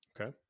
Okay